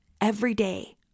everyday